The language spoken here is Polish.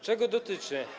Czego dotyczy?